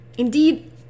Indeed